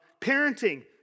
parenting